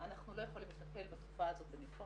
יכול להיות שאנחנו צריכים לעשות עוד תיקון.